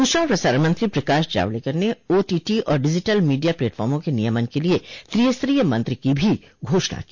सूचना और प्रसारण मंत्री प्रकाश जावड़ेकर ने ओटीटी और डिजिटल मीडिया प्लेटफार्मों के नियमन के लिए त्रिस्तरीय तंत्र की भी घोषणा की